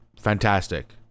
fantastic